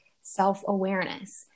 self-awareness